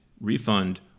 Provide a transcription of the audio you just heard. refund